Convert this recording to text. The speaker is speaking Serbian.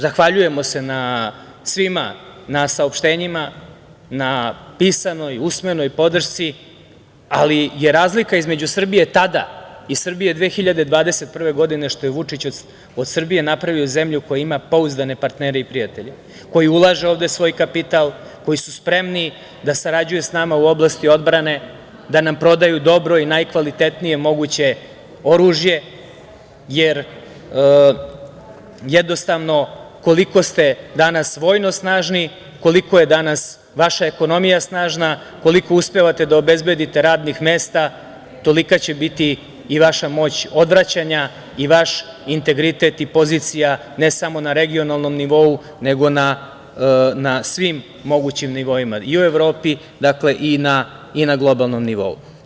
Zahvaljujemo se svima na saopštenjima, na pisanoj, usmenoj podršci, ali je razlika između Srbije tada i Srbije 2021. godine što je Vučić od Srbije napravio zemlju koja ima pouzdane partnere i prijatelje, koji ulažu ovde svoj kapital, koji su spremni da sarađuju sa nama u oblasti odbrane, da nam prodaju dobro i najkvalitetnije moguće oružje, jer jednostavno koliko ste danas vojno snažni, koliko je danas vaša ekonomija snažna, koliko uspevate da obezbedite radnih mesta, tolika će biti i vaša moć odvraćanja i vaš integritet i pozicija ne samo na regionalnom nivou, nego na svim mogućim nivoima, i u Evropi i na globalnom nivou.